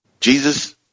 Jesus